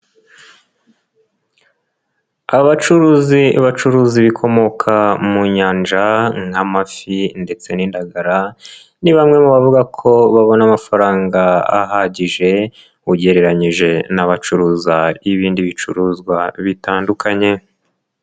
Abacuruzi bacuruza ibikomoka mu nyanja nk'amafi ndetse n'indagara ni bamwe mu bavuga ko babona amafaranga ahagije ugereranyije n'abacuruza n'ibindi bicuruzwa bitandukanye.